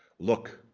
look,